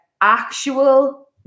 actual